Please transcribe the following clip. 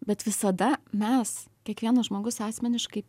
bet visada mes kiekvienas žmogus asmeniškai